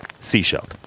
Seashell